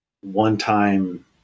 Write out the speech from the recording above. one-time